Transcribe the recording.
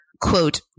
quote